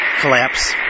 collapse